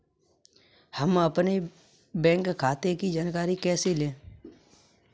हम अपने बैंक खाते की जानकारी कैसे लें?